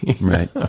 Right